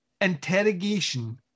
interrogation